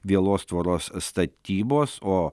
vielos tvoros statybos o